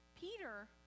Peter